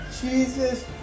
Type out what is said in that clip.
Jesus